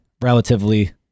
relatively